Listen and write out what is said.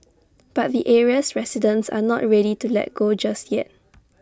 but the area's residents are not ready to let go just yet